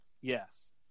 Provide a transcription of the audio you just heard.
Yes